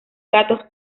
gatos